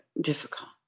difficult